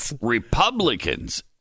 Republicans